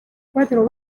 cuatro